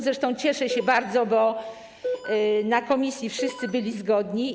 Zresztą cieszę się bardzo, bo w komisji wszyscy byli zgodni.